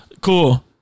Cool